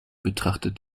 betrachtet